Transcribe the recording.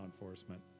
enforcement